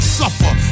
suffer